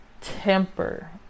temper